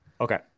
Okay